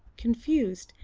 confused,